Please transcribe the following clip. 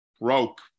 broke